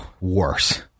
Worse